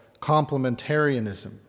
complementarianism